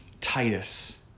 Titus